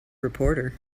reporter